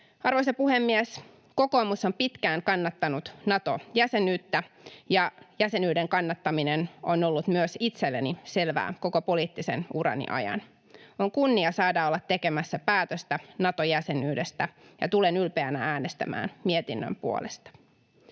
Arvoisa puhemies! Kokoomus on pitkään kannattanut Nato-jäsenyyttä, ja jäsenyyden kannattaminen on ollut myös itselleni selvää koko poliittisen urani ajan. On kunnia saada olla tekemässä päätöstä Nato-jäsenyydestä, ja tulen ylpeänä äänestämään mietinnön puolesta.